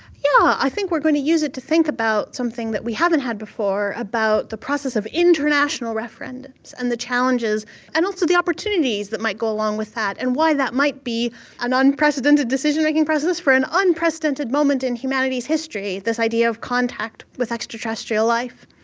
yeah i think we are going to use it to think about something that we haven't had before, about the process of international referendums, and the challenges and also the opportunities that might go along with that and why that might be an unprecedented decision-making process for an unprecedented moment in humanity's history, this idea of contact with extraterrestrial life.